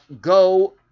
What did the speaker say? go